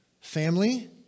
Family